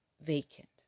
vacant